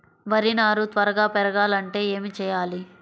వరి నారు త్వరగా పెరగాలంటే ఏమి చెయ్యాలి?